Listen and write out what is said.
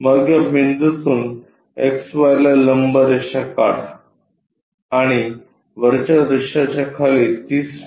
मग या बिंदूतून XY ला लंब रेषा काढा आणि वरच्या दृश्याच्या खाली 30 मि